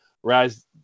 Whereas